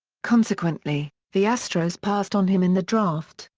consequently, the astros passed on him in the draft,